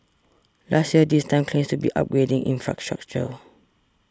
last year this time claims to be upgrading infrastructure